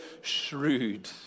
shrewd